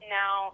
now